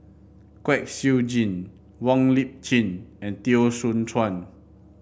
Kwek Siew Jin Wong Lip Chin and Teo Soon Chuan